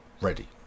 ready